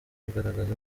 kugaragaza